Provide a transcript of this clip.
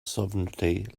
sovereignty